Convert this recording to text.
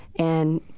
and,